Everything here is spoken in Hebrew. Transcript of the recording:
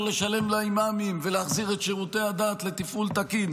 לשלם לאימאמים ולהחזיר את שירותי הדת לתפעול תקין,